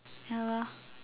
ya lah